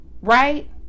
right